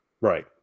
Right